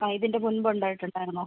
അ ഇതിൻ്റെ മുൻപ് ഉണ്ടായിട്ടുണ്ടായിരുന്നോ